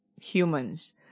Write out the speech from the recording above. humans